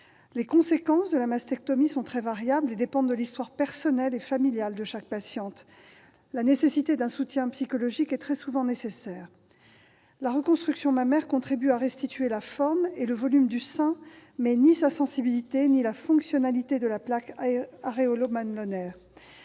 Les conséquences de la mastectomie sont très variables et dépendent de l'histoire personnelle et familiale de chaque patiente. Un soutien psychologique est très souvent nécessaire. La reconstruction mammaire contribue à restituer la forme et le volume du sein, mais ni sa sensibilité ni la fonctionnalité de la plaque aréolo-mamelonnaire.